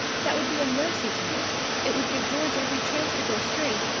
that would be a mercy to me it would give george every chance to go straight,